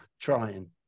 trying